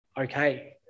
okay